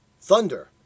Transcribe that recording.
Thunder